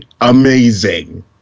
amazing